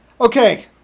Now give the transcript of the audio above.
Okay